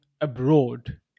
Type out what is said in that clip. abroad